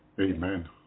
Amen